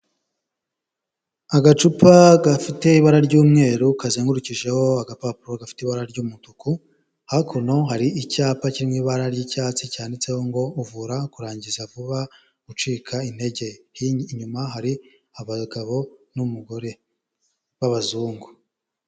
Agacupa gafite ibara ry'umweru, kazengurukijeho agapapuro gafite ibara ry'umutuku, hakuno hari icyapa kiri mu ibara ry'icyatsi cyanditseho ngo uvura kurangiza vuba, gucika intege. Inyuma hari abagabo n'umugore b'abazungu.